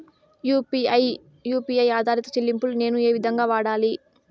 UPI U P I ఆధారిత చెల్లింపులు నేను ఏ విధంగా వాడాలి?